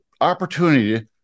opportunity